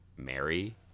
Mary